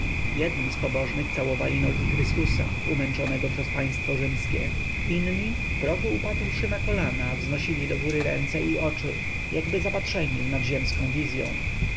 jedni z pobożnych całowali nogi chrystusa umęczonego przez państwo rzymskie inni w progu upadłszy na kolana wznosili do góry ręce i oczy jakby zapatrzeni w nadziemską wizyą